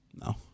No